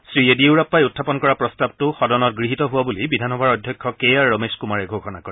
শ্ৰীয়েডিয়ুৰাপ্পাই উখাপন কৰা প্ৰস্তাৱটো সদনত গৃহীত হোৱা বুলি বিধানসভাৰ অধ্যক্ষ কে আৰ ৰমেশ কুমাৰে ঘোষণা কৰে